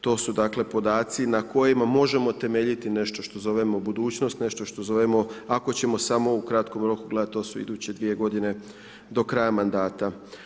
To su dakle podaci na kojima možemo temeljiti nešto što zovemo budućnost, nešto što zovemo ako ćemo samo u kratkom roku gledati to su iduće 2 godine do kraja mandat.